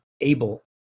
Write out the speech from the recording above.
able